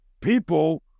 people